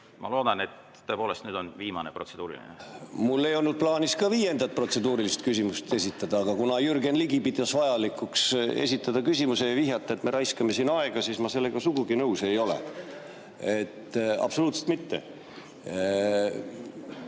ma loodan, et see tõepoolest on nüüd viimane protseduuriline. Mul ei olnud plaanis ka viiendat protseduurilist küsimust esitada, aga kuna Jürgen Ligi pidas vajalikuks esitada küsimuse ja vihjata, et me raiskame siin aega, siis ma sellega sugugi nõus ei ole. Absoluutselt mitte.